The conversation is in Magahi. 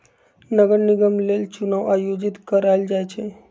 नगर निगम लेल चुनाओ आयोजित करायल जाइ छइ